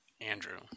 Andrew